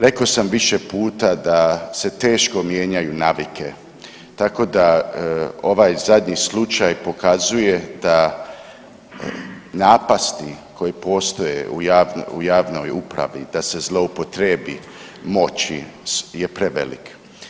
Rekao sam više puta da se teško mijenjaju navike, tako da ovaj zadnji slučaj pokazuje da napasti koje postoje u javnoj upravi da se zloupotrebi moći je prevelik.